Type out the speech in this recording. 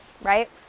right